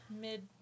mid